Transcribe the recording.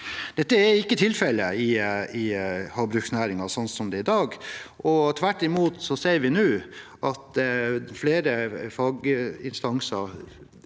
Dette er ikke tilfellet i havbruksnæringen, sånn som det er i dag. Tvert imot ser vi nå at flere faginstanser